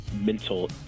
mental